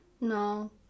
No